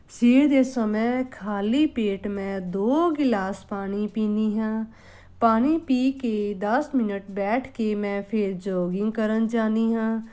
ਸਵੇਰ ਦੇ ਸਮੇਂ ਖਾਲੀ ਪੇਟ ਮੈਂ ਦੋ ਗਿਲਾਸ ਪਾਣੀ ਪੀਂਦੀ ਹਾਂ ਪਾਣੀ ਪੀ ਕੇ ਦਸ ਮਿਨਟ ਬੈਠ ਕੇ ਮੈਂ ਫਿਰ ਜੋਗਿੰਗ ਕਰਨ ਜਾਂਦੀ ਹਾਂ